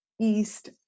East